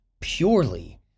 purely